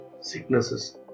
sicknesses